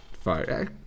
fire